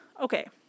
Okay